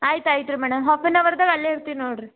ಆಯ್ತು ಆಯ್ತು ರೀ ಮೇಡಮ್ ಹಾಫ್ ಆನ್ ಹವರ್ದಾಗ್ ಅಲ್ಲೇ ಇರ್ತೀನಿ ನೋಡಿರಿ